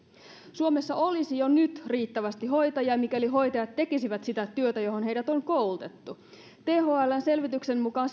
suomessa olisi jo nyt riittävästi hoitajia mikäli hoitajat tekisivät sitä työtä johon heidät on koulutettu thln selvityksen mukaan